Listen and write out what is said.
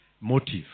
motive